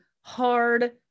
hard